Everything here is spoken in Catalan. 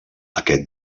aquest